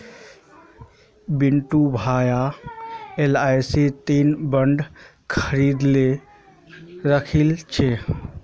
बिट्टू भाया एलआईसीर तीन बॉन्ड खरीदे राखिल छ